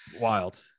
Wild